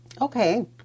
Okay